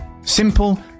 Simple